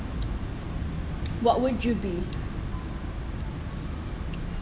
what would you be